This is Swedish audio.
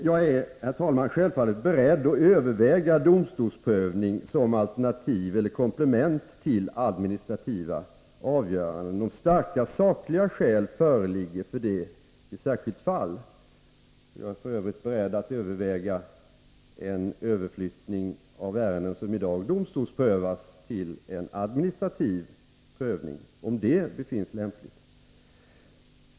Jag är, herr talman, självfallet beredd att överväga domstolsprövning som alternativ eller komplement till administrativa avgöranden. Om starka sakliga skäl föreligger för det i särskilt fall, är jag f. ö. beredd att överväga en överflyttning av ärenden som i dag domstolsprövas till en administrativ prövning, när så befinns lämpligt.